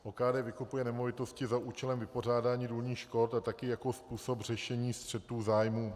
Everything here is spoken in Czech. OKD vykupuje nemovitosti za účelem vypořádání důlních škod a taky jako způsob řešení střetů zájmů.